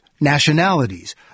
nationalities